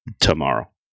tomorrow